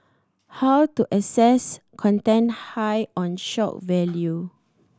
how to assess content high on shock value